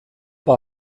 war